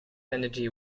energy